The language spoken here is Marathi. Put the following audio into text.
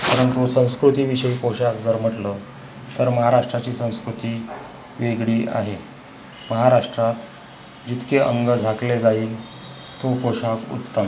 परंतु संस्कृतीविषयी पोशाख जर म्हटलं तर महाराष्ट्राची संस्कृती वेगळी आहे महाराष्ट्रात जितके अंग झाकले जाईल तो पोशाख उत्तम